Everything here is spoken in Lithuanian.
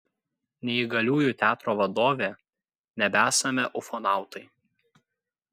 neįgaliųjų teatro vadovė nebesame ufonautai